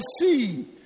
see